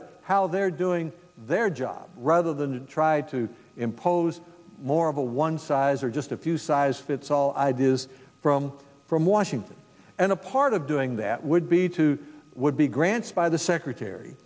of how they're doing their job rather than try to impose more of a one size or just a few size fits all ideas from from washington and a part of doing that would be to would be grants by the secretary